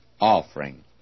offering